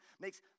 Makes